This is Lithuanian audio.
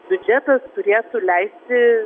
biudžetas turėtų leisti